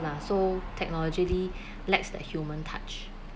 lah so technologically lacks that human touch